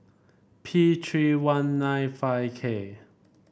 P three one nine five K